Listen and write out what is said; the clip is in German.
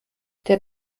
der